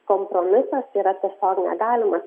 kompromisas yra tiesiog negalimas